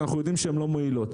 שאנחנו יודעים שהן לא מועילות,